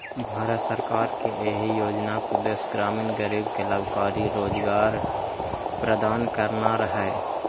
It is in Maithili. भारत सरकार के एहि योजनाक उद्देश्य ग्रामीण गरीब कें लाभकारी रोजगार प्रदान करना रहै